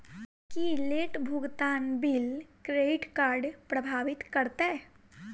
की late भुगतान bill credit केँ प्रभावित करतै?